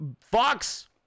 Fox